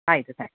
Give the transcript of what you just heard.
ಆಯಿತು ಸರಿ